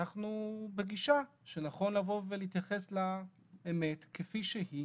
ואנחנו בגישה שנכון לבוא ולהתייחס לאמת כפי שהיא,